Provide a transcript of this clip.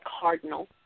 cardinal